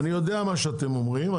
אני יודע מה שאתם אומרים,